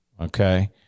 okay